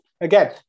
Again